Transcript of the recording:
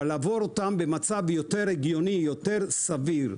אבל במצב יותר הגיוני ויותר סביר.